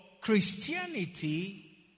Christianity